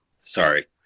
Sorry